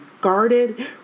guarded